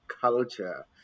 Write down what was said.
culture